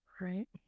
Right